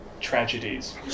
tragedies